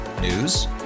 News